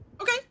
Okay